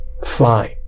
Fine